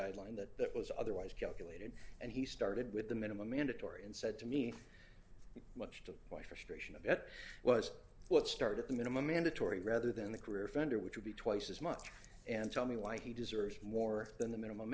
guideline that that was otherwise calculated and he started with the minimum mandatory and said to me much to the that was what started at the minimum mandatory rather than the career offender which would be twice as much and tell me why he deserves more than the minimum